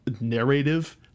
Narrative